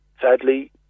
sadly